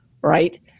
right